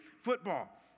football